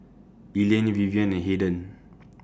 Elaine Vivienne and Hayden